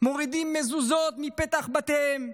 ומורידים מזוזות מפתח בתיהם.